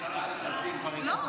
אינו נוכח.